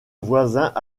voisins